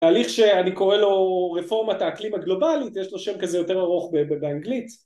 תהליך שאני קורא לו רפורמת האקלים הגלובלית, יש לו שם כזה יותר ארוך ובאנגלית